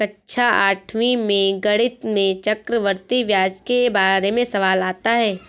कक्षा आठवीं में गणित में चक्रवर्ती ब्याज के बारे में सवाल आता है